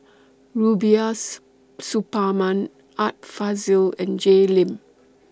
Rubiah Suparman Art Fazil and Jay Lim